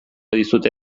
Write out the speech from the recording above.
dizute